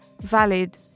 valid